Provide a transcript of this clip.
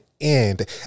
end